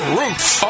roots